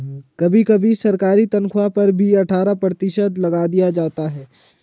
कभी कभी सरकारी तन्ख्वाह पर भी अट्ठारह प्रतिशत कर लगा दिया जाता है